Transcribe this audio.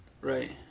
Right